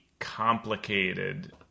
complicated